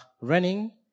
running